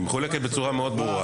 היא מחולקת בצורה מאוד ברורה.